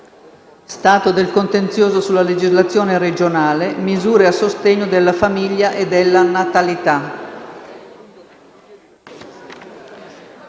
stato del contenzioso sulla legislazione regionale; misure a sostegno della famiglia e della natalità.